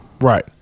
Right